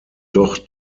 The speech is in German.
doch